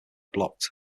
blocked